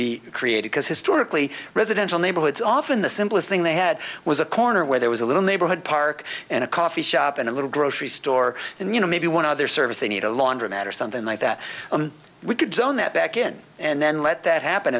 be created because historically residential neighborhoods often the simplest thing they had was a corner where there was a little neighborhood park and a coffee shop and a little grocery store and you know maybe one other service they need a laundromat or something like that we could zone that back in and then let that happen